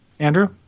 Andrew